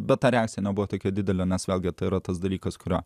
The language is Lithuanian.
bet ar esą nebuvo tokia didelė nes vėlgi tai yra tas dalykas kurio